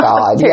God